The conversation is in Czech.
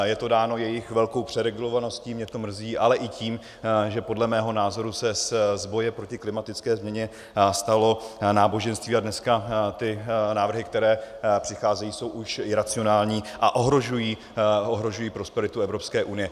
Je to dáno jejich velkou přeregulovaností, mě to mrzí, ale i tím, že podle mého názoru se z boje proti klimatické změně stalo náboženství a dneska ty návrhy, které přicházejí, jsou už iracionální a ohrožují prosperitu Evropské unie.